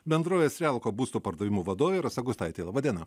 bendrovės relko būsto pardavimų vadovė rasa gustaitė laba diena